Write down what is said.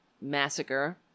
massacre